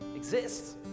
Exists